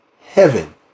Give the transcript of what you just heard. heaven